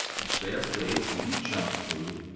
you stay up late, you eat junk food,